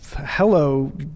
hello